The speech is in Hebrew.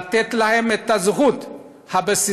לתת להם את הזכות הבסיסית,